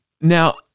Now